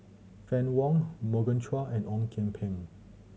Fann Wong Morgan Chua and Ong Kian Peng